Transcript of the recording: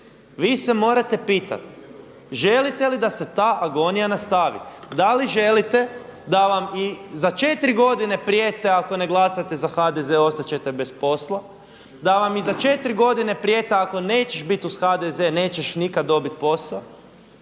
Vi se morate pitati želite li da se ta agonija nastavi? Da li želite da vam i za četiri godine prijete ako ne glasate za HDZ ostat ćete bez posla, da vam i za četiri godine prijete ako nećeš bit uz HDZ nećeš nikad dobit posao